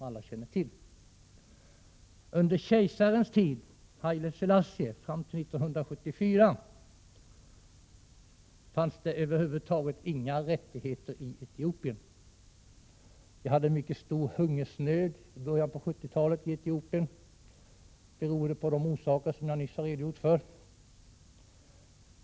Under kejsar Haile Selassies tid, fram till 1974, fanns det över huvud taget inga rättigheter i Etiopien. Där rådde en mycket stor hungersnöd i början på 1970-talet, av de orsaker jag nyss redogjorde för.